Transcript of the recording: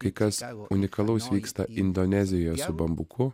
kai kas unikalaus vyksta indonezijo su bambuku